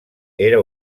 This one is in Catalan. era